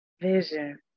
Vision